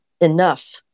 enough